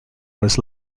was